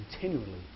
continually